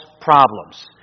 problems